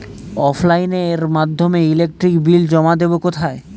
অফলাইনে এর মাধ্যমে ইলেকট্রিক বিল জমা দেবো কোথায়?